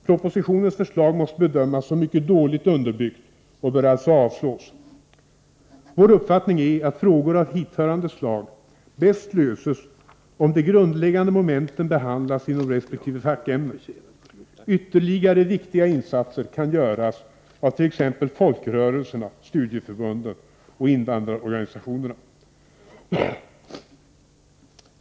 Propositionens förslag måste bedömas som mycket dåligt underbyggt och bör alltså avslås. Vår uppfattning är att frågor av hithörande slag bäst löses om de grundläggande momenten behandlas inom resp. fackämne. Ytterligare viktiga insatser kan göras av t.ex. folkrörelserna, studieförbunden och invandrarorganisationerna.